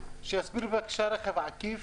שיסביר רכב עקיף,